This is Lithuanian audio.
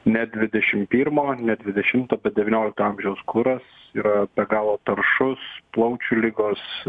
ne dvidešim pirmo ne dvidešimto devyniolikto amžiaus kuras yra be galo taršus plaučių ligos